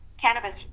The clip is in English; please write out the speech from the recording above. cannabis